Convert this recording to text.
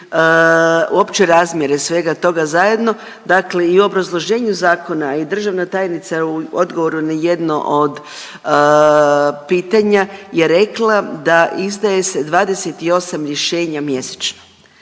uopće razmjere svega toga zajedno, dakle i u obrazloženju zakona, a i državna tajnica u odgovoru na jedno od pitanja je rekla da izdaje se 28 rješenja mjesečno.